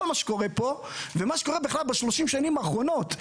מה שקורה פה ומה שקורה בכלל ב-30 שנים האחרונות.